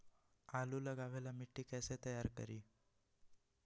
आलु लगावे ला मिट्टी कैसे तैयार करी?